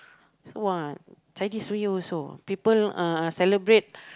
!wah! Chinese New Year also people uh celebrate